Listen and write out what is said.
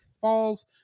falls